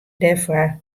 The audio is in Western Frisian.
dêrfoar